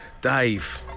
Dave